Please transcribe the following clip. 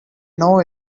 know